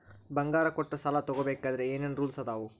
ಬಂಗಾರ ಕೊಟ್ಟ ಸಾಲ ತಗೋಬೇಕಾದ್ರೆ ಏನ್ ಏನ್ ರೂಲ್ಸ್ ಅದಾವು?